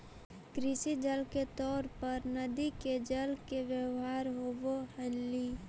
कृषि जल के तौर पर नदि के जल के व्यवहार होव हलई